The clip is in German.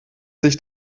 sich